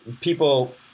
people